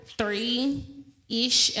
three-ish